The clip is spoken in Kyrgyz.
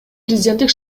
президенттик